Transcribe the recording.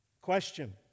Question